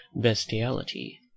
bestiality